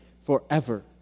forever